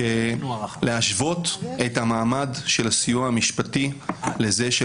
להשוות את המעמד של הסיוע המשפטי לזה של